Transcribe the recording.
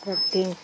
ರೊಟ್ಟಿ